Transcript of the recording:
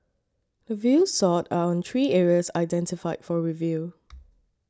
the views sought are on three areas identified for review